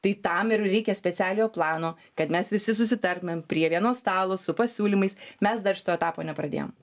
tai tam ir reikia specialiojo plano kad mes visi susitartumėm prie vieno stalo su pasiūlymais mes dar šito etapo nepradėjom